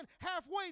halfway